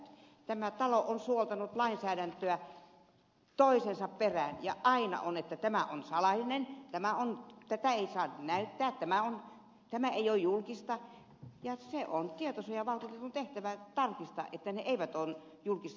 tämä talo on suoltanut lainsäädännön toisensa perään ja aina todetaan että tämä tieto on salainen tätä ei saa näyttää tämä ei ole julkista ja on tietosuojavaltuutetun tehtävä tarkistaa että tiedot eivät ole julkisia